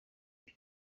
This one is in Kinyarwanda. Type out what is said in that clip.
byo